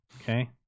Okay